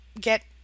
get